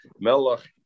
melach